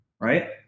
Right